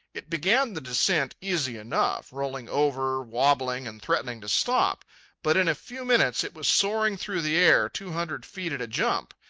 it began the descent easy enough, rolling over, wobbling, and threatening to stop but in a few minutes it was soaring through the air two hundred feet at a jump.